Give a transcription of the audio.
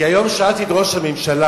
כי היום שאלתי את ראש הממשלה: